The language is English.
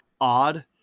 odd